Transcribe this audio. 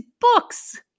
books